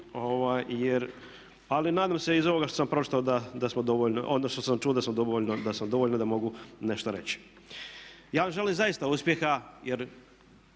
čuo da sam dovoljno, da sam dovoljno da mogu nešto reći. Ja vam želim zaista uspjeha, jer